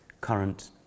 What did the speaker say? current